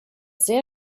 sehr